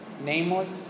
nameless